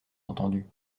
entendu